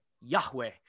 Yahweh